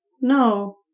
no